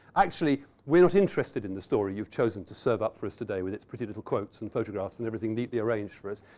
actually, we're not interested in the story. you've chosen to serve up for us today with these pretty little quotes and photographs and everything neatly arranged for us.